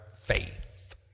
faith